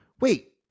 Wait